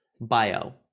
bio